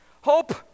Hope